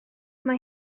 mae